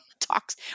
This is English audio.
talks